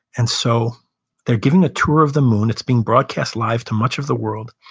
and so they're giving a tour of the moon, it's being broadcast live to much of the world.